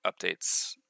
updates